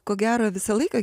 ko gero visą laiką